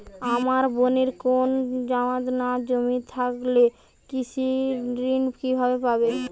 আমার বোনের কোন জামানত বা জমি না থাকলে কৃষি ঋণ কিভাবে পাবে?